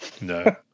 No